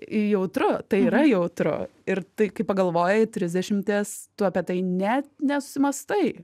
jautru tai yra jautru ir tai kai pagalvoji trisdešimties tu apie tai net nesusimąstai